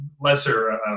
lesser